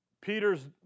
Peter's